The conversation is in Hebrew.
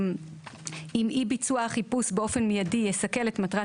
"עם אי ביצוע החיפוש באופן מידי יסכל את מטרת